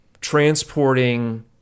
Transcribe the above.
transporting